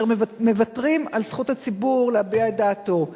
שמוותרים על זכות הציבור להביע את דעתו.